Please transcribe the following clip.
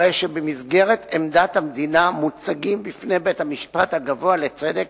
הרי שבמסגרת עמדת המדינה מוצגים בפני בית-המשפט הגבוה לצדק